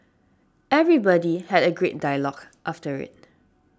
everybody had a great dialogue after it